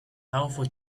powerful